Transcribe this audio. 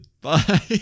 bye